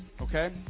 okay